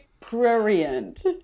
prurient